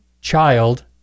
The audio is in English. child